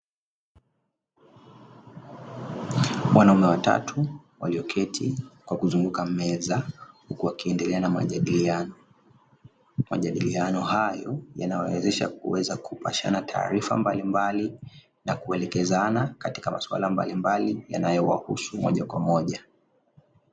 Wanaume watatu walioketi kwa kuzunguka meza huku wakiendelea na majadiliano. Majadiliano hayo yanawawezesha kuweza kupashana taarifa mbalimbali na kuelekezana katika masuala mbalimbali yanayowahusu moja kwa moja.